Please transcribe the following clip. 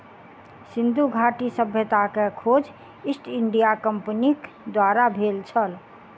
सिंधु घाटी सभ्यता के खोज ईस्ट इंडिया कंपनीक द्वारा भेल छल